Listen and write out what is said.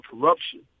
corruption